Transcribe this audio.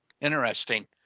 Interesting